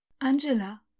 Angela